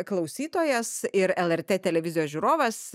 klausytojas ir lrt televizijos žiūrovas